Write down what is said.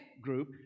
group